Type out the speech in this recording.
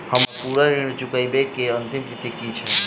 हम्मर पूरा ऋण चुकाबै केँ अंतिम तिथि की छै?